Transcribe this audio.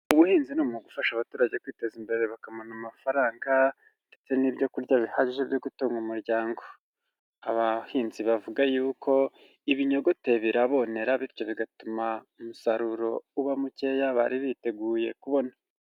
Ubuhinzi ni umwuga ufasha abaturage kwiteza imbere bakabona amafaranga ndetse n'ibyo kurya bihagije byo gutunga umuryango. Aba bahinzi bavuga y'uko ibinyogote birabonera bityo bigatuma umusaruro uba mukeya bari biteguye kubona.